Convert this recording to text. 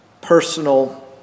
personal